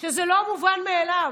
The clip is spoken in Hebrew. שזה לא מובן מאליו,